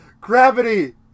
gravity